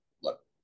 look